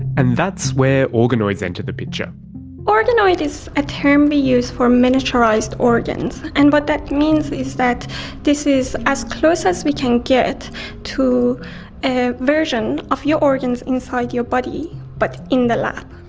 and that's where organoids enter the picture. organoid is a term we use for miniaturised organs, and what that means is that this is as close as we can get to a version of your organs inside your body but in the lab.